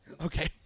Okay